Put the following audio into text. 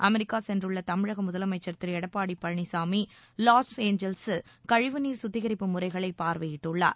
America சென்றுள்ள தமிழக முதலமைச்சர் திரு எடப்பாடி பழனிசாமி வாஸ்ஏஞ்சல்ஸில் கழிவுநீர் சுத்திகரிப்பு முறைகளை பார்வையிட்டுள்ளார்